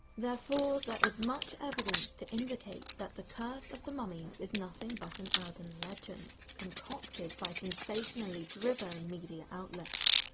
therefore, there is much evidence to indicate that the curse of the mummies is nothing but an urban legend, concocted by sensationally driven media outlets.